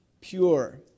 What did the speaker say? pure